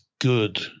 good